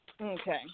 Okay